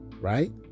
right